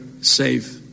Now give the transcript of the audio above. safe